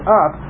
up